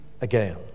again